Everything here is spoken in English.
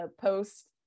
post